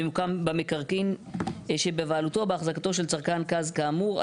הממוקם במקרקעין שבבעלותו או בהחזקתו של צרכן גז כאמור".